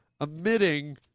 emitting